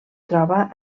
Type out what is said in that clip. troba